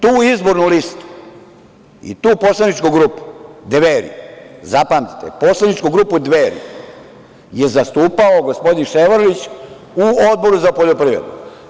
Tu izbornu listu i tu poslaničku grupu „Dveri“, zapamtite, poslaničku grupu „Dveri“ je zastupao gospodin Ševarlić u Odboru za poljoprivredu.